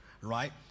right